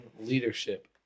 leadership